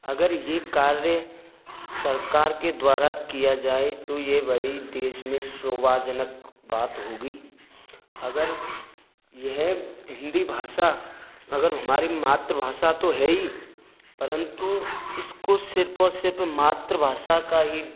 अगर ये कार्य सरकार के द्वारा किया जाए तो ये बड़ी देश में शोभाजनक बात होगी अगर यह हिन्दी भाषा अगर हमारी मातृभाषा तो है ही परंतु इसको सिर्फ और सिर्फ मातृभाषा का ही